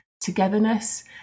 togetherness